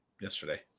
Yesterday